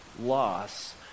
Loss